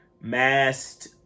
masked